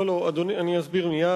לא, לא, אני אסביר מייד.